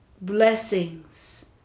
Blessings